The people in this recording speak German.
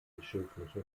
bischöfliche